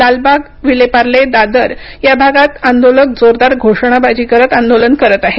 लालबाग विलेपार्ले दादर या भागात आंदोलक जोरदार घोषणाबाजी करत आंदोलन करत आहे